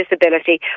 disability